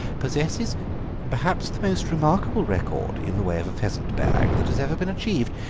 possesses perhaps the most remarkable record in the way of a pheasant bag that has ever been achieved.